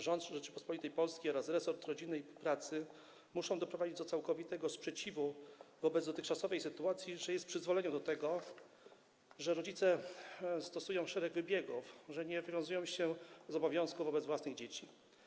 Rząd Rzeczypospolitej Polskiej oraz resort rodziny i pracy muszą doprowadzić do całkowitego sprzeciwu wobec dotychczasowej sytuacji, gdy jest przyzwolenie na to, że rodzice stosują szereg wybiegów, że nie wywiązują się z obowiązku wobec własnych dzieci.